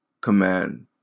command